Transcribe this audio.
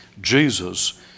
Jesus